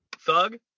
Thug